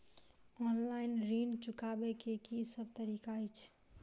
Online ऋण चुकाबै केँ की सब तरीका अछि?